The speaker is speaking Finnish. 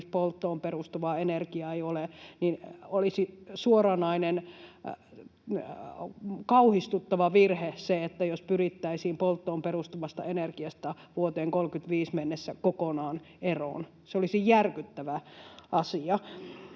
polttoon perustuvaa energiaa ei ole, niin olisi suoranainen kauhistuttava virhe, jos pyrittäisiin polttoon perustuvasta energiasta vuoteen 35 mennessä kokonaan eroon. Se olisi järkyttävä asia.